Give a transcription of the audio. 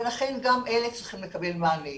ולכן גם אלה צריכים לקבל מענה.